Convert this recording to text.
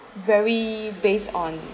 very based on